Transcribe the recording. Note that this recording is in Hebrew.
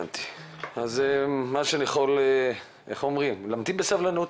אז נמתין בסבלנות.